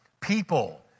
people